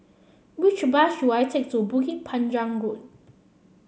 which bus should I take to Bukit Panjang Road